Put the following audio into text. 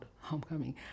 Homecoming